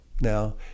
Now